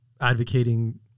advocating